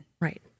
Right